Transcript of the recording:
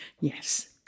yes